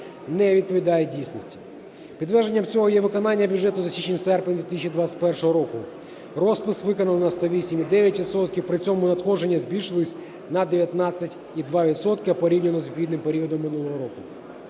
не відповідають дійсності. Підтвердженням цього є виконання бюджету за січень-серпень 2021 року. Розпис виконано на 108,9 відсотка, при цьому надходження збільшились на 19,2 відсотка порівняно з відповідним періодом минулого року.